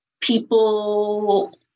people